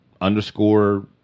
underscore